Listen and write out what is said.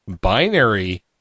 binary